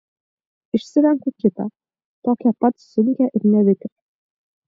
išsirenku kitą tokią pat sunkią ir nevikrią